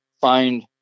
find